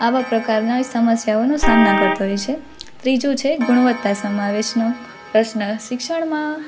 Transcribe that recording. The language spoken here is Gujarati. આવા પ્રકારનાં સમસ્યાઓના સામના કરતા હોય છે ત્રીજું છે ગુણવત્તા સમાવેશનો પ્રશ્ન શિક્ષણમાં